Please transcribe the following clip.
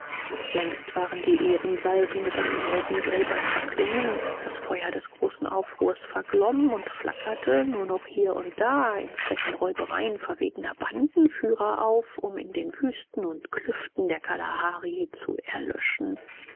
längst waren die ehrensalven über den heldengräbern verklungen das feuer des großen aufruhrs verglomm und flackerte nur noch hier und da in frechen räubereien verwegener bandenführer auf um in den wüsten und klüften der kalahari zu erlöschen